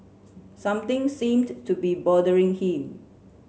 something seems to be bothering him